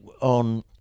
on